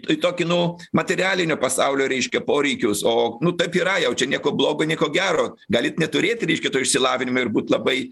į tokį nu materialinio pasaulio reiškia poreikius o nu taip yra jau čia nieko blogo nieko gero galit neturėti reiškia to išsilavinimo ir būt labai